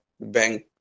Bank